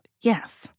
Yes